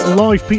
live